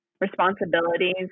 Responsibilities